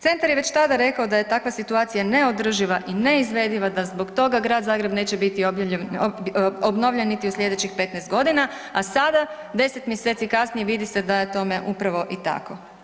Centar je već tada rekao da je takva situacija neodrživa i neizvediva, da zbog toga Grad Zagreb neće obnovljen niti u slijedećih 15 godina, a sada 10 mjeseci vidi se da je tome upravo i tako.